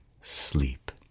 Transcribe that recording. sleep